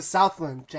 Southland